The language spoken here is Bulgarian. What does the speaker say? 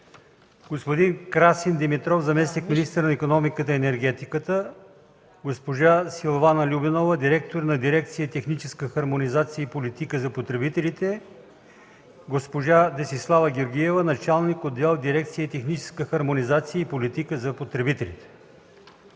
господин Красен Димитров – заместник-министър на икономиката и енергетиката, госпожа Силвана Любенова – директор на дирекция „Техническа хармонизация и политика за потребителите” и госпожа Десислава Георгиева – началник отдел в дирекция „Техническа хармонизация и политика за потребителите”.